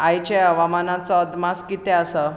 आयचे हवामानाचो अदमास कितें आसा